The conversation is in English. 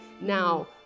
Now